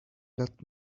that